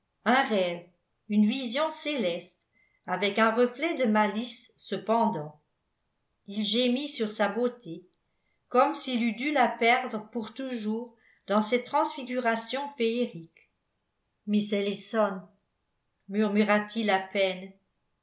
une vision céleste avec un reflet de malice cependant il gémit sur sa beauté comme s'il eût dû la perdre pour toujours dans cette transfiguration féerique miss ellison murmura-t-il à peine